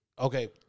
Okay